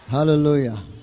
Hallelujah